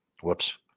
Whoops